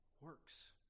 works